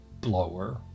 blower